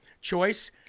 choice